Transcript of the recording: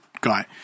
guy